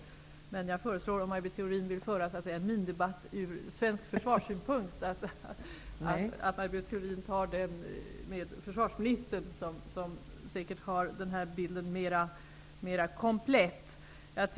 Om Maj Britt Theorin vill föra en mindebatt ur svensk försvarssynpunkt föreslår jag att en sådan förs med försvarsministern, som säkert har bilden mer komplett.